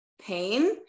pain